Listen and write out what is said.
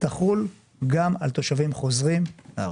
תחול גם על תושבים חוזרים לארץ.